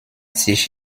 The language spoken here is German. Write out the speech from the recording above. sich